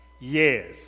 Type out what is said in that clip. Yes